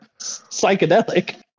psychedelic